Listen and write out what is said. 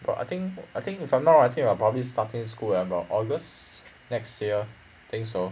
but I think I think if I'm not wrong I think I will probably starting school at about august next year think so